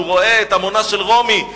שהוא רואה את המונה של רומי,